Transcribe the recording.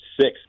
six